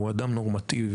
הוא אדם נורמטיבי.